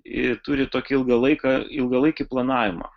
ji turi tokį ilgą laiką ilgalaikį planavimą